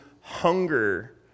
hunger